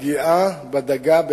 ביום כ"ט בכסלו התש"ע (16 בדצמבר 2009): יש תופעה מדאיגה,